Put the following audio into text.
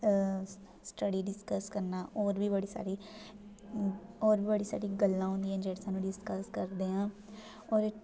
अ study discuss करना होर बी बड़ी सारी होर बी बड़ी सारी गल्लां होंदियां जेह्ड़ी सानूं डिस्कस करदे आं होर